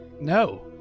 no